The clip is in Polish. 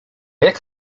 jak